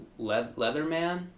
Leatherman